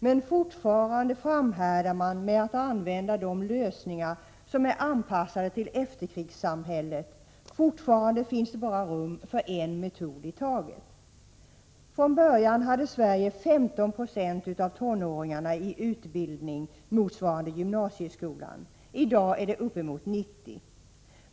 Men fortfarande framhärdar man med att använda de lösningar som är anpassade till efterkrigssamhället, fortfarande finns det bara rum för en metod i taget. Från början hade Sverige 15 90 av tonåringarna i utbildning motsvarande gymnasieskolan, i dag är det uppemot 90.